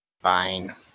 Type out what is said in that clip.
Fine